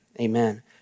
amen